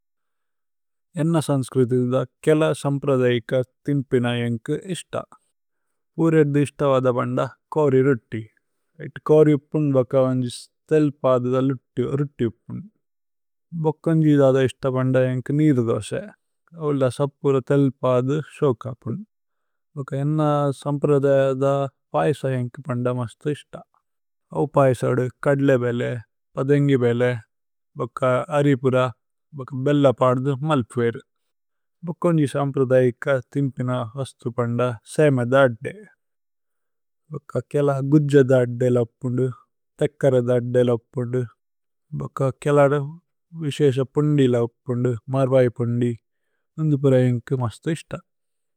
ഏന്ന സന്സ്ക്രിതി ഇധ കേല സമ്പ്രധേഇക। ഥിന്പിന ഏന്കു ഇശ്ത പൂരേദ്ദി। ഇശ്ത വഥപന്ദ കോരി രുത്തി। ഏത് കോരി ഉപ്പുന് ബക്ക വന്ജിസ് തേല് പാദുധല്। രുത്തി ഉപ്പുന് ഭോക്കന്ജി ഇധഥ ഇശ്ത പന്ദ। ഏന്കു നീര് ദോസേ ഓല്ല സപ്പുര തേല് പാധു ശോക। ഉപ്പുന് ഭോക്ക ഏന്ന സമ്പ്രധേഇഥ പയസ ഏന്കു। പന്ദ മസ്തു ഇശ്ത ഓ പയസദു കദ്ലേ വേലേ। പദേന്ഗി വേലേ ബക്ക അരിപുര। ബക്ക ബേല്ല പാദുധു മല്പു വേരു ഭോക്കന്ജി। സമ്പ്രധേഇക ഥിന്പിന വഥപന്ദ സേമേ ധാദ്ദേ। ഭക്ക കേല ഗുജ്ജ ധാദ്ദേ ഉപ്പുന്ദു തേക്കര। ധാദ്ദേ ഉപ്പുന്ദു ബക്ക കേലദ വിസേസ പുന്ദി। ഉപ്പുന്ദു മര്വൈ പുന്ദി ഏന്കു മസ്തു ഇശ്ത।